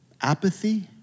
apathy